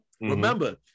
Remember